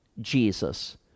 Jesus